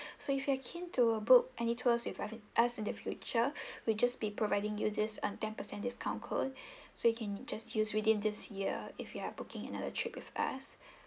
so if you are keen to book any tours with u~ us in the future we just be providing you this uh ten percent discount code so you can just use within this year if you are booking another trip with us